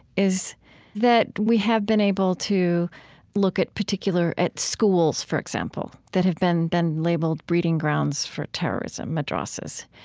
is that we have been able to look at particular at schools, for example, that have been then labeled breeding grounds for terrorism madrasas.